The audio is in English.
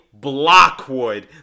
Blockwood